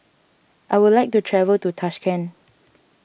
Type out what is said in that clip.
I would like to travel to Tashkent